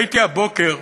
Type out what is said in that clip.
הייתי הבוקר,